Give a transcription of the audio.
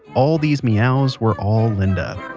all these meows were all linda.